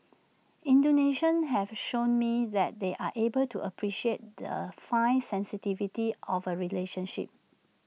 Indonesians have shown me that they are able to appreciate the fine sensitivities of A relationship